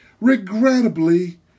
Regrettably